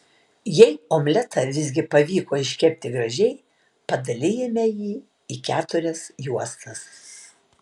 jei omletą visgi pavyko iškepti gražiai padalijame jį į keturias juostas